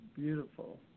Beautiful